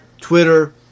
Twitter